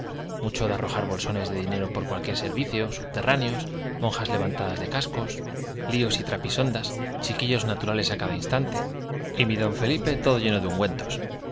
mucho de arrojar bolsones de dinero por cualquier servicio subterráneos monjas levantadas de cascos líos y tra pisondas chiquillos naturales á cada instante y mi d todo lleno de ungüentos